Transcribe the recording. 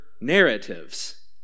narratives